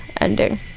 ending